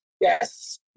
Yes